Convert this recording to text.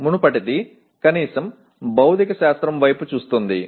మునుపటిది కనీసం భౌతిక శాస్త్రం వైపు చూస్తోంది